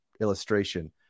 illustration